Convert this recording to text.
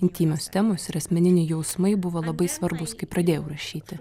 intymios temos ir asmeniniai jausmai buvo labai svarbūs kai pradėjau rašyti